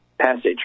Passage